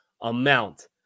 amount